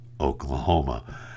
Oklahoma